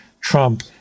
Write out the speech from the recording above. Trump